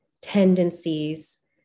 tendencies